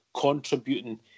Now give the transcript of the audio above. contributing